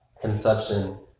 conception